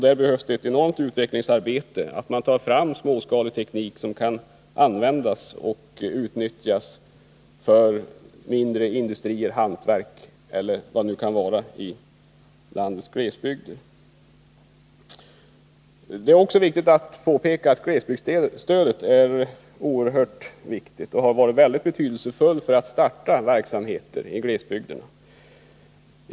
Där behövs ett enormt utvecklingsarbete: man måste ta fram småskalig teknik som kan användas för mindre industrier, hantverk osv. i landets glesbygder. Glesbygdsstödet är oerhört viktigt och har varit mycket betydelsefullt för att starta verksamheter i glesbygderna.